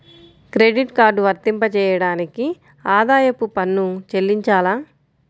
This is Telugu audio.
క్రెడిట్ కార్డ్ వర్తింపజేయడానికి ఆదాయపు పన్ను చెల్లించాలా?